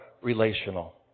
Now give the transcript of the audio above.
relational